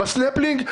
בסנפלינג?